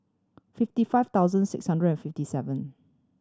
fifty five thousand six hundred and fifty seven